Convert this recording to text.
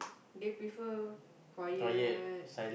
they prefer quiet